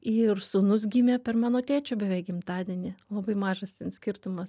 ir sūnus gimė per mano tėčio beveik gimtadienį labai mažas ten skirtumas